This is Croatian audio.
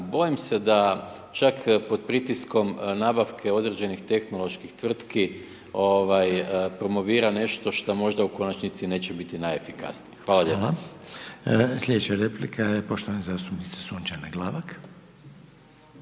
bojim se da čak pod pritiskom nabavke određenih tehnoloških tvrtki promovira nešto što možda u konačnici neće biti najefikasnije. Hvala lijepa. **Reiner, Željko (HDZ)** Hvala. Sljedeća replika je poštovane zastupnice Sunčane Glavak.